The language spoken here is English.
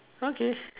okay